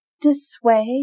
dissuade